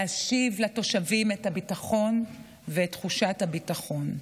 להשיב לתושבים את הביטחון ואת תחושת הביטחון.